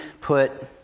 put